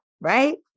right